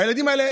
הילדים האלה,